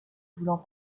voulant